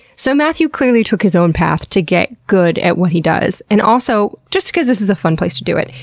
so, matthew clearly took his own path to get good at what he does. and also, just because this is a fun place to do it,